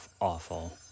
awful